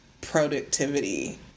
productivity